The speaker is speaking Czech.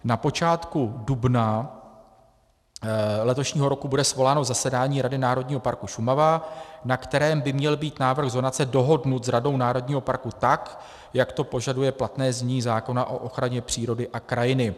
Na počátku dubna letošního roku bude svoláno zasedání Rady Národního parku Šumava, na kterém by měl být návrh zonace dohodnut s radou národního parku, tak jak to požaduje platné znění zákona o ochraně přírody a krajiny.